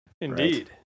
Indeed